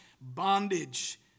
bondage